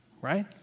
Right